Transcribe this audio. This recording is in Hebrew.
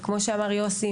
כמו שאמר יוסי,